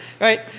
Right